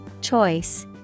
Choice